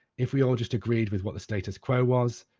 if we all just agreed with what the status quo was,